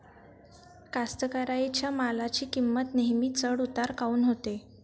कास्तकाराइच्या मालाची किंमत नेहमी चढ उतार काऊन होते?